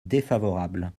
défavorable